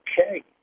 okay